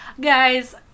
guys